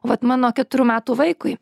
vat mano keturių metų vaikui